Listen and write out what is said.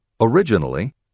Originally